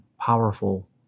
powerful